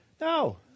No